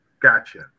Gotcha